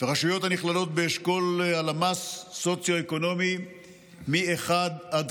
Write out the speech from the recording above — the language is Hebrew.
ורשויות הנכללות באשכולות הלמ"ס הסוציו-אקונומיים מ-1 עד